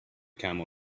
camel